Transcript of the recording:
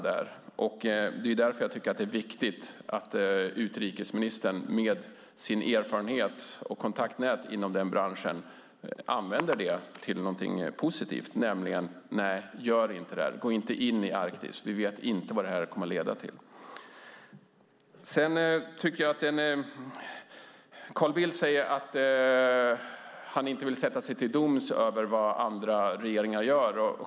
Därför tycker jag att det är viktigt att utrikesministern med sin erfarenhet och sitt kontaktnät inom den branschen använder det till någonting positivt genom att säga: Nej, gör inte det. Gå inte in i Arktis. Vi vet inte vad det kommer att leda till. Carl Bildt säger att han inte vill sätta sig till doms över vad andra regeringar gör.